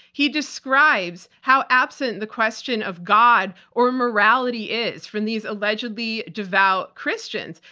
he describes how absent the question of god or morality is from these allegedly devout christians,